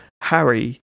Harry